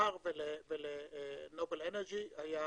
לתמר ולנובל אנרג'י היה